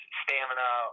stamina